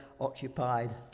occupied